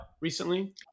recently